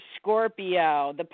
Scorpio